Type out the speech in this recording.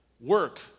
work